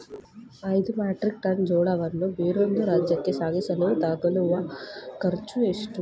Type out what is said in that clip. ಐದು metric ton ಜೋಳವನ್ನು ಬೇರೊಂದು ರಾಜ್ಯಕ್ಕೆ ಸಾಗಿಸಲು ತಗಲುವ ಖರ್ಚು ಎಷ್ಟು?